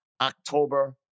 October